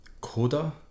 Coda